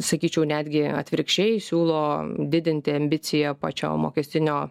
sakyčiau netgi atvirkščiai siūlo didinti ambiciją pačiam mokestinio